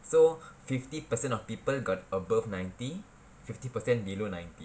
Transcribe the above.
so fifty percent of people got above ninety fifty percent below ninety